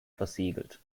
versiegelt